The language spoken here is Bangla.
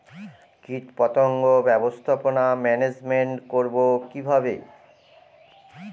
কীটপতঙ্গ ব্যবস্থাপনা ম্যানেজমেন্ট করব কিভাবে?